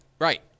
right